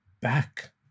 back